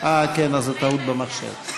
אז טעות במחשב.